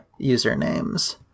usernames